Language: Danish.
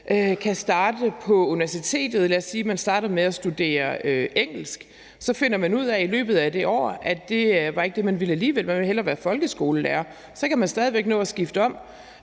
kan starte på universitetet og vælge om – lad os sige, at man starter med at studere engelsk og så finder ud af i løbet af det år, at det alligevel ikke var det, man ville, man ville hellere være folkeskolelærer, så kan man stadig væk nå at skifte om